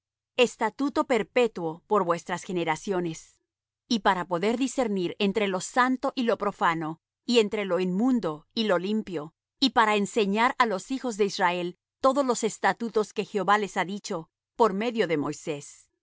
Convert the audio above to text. estatuto perpetuo por vuestras generaciones y para poder discernir entre lo santo y lo profano y entre lo inmundo y lo limpio y para enseñar á los hijos de israel todos los estatutos que jehová les ha dicho por medio de moisés